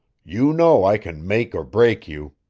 you know i can make or break you.